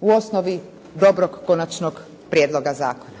u osnovi dobrog konačnog prijedloga zakona.